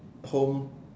home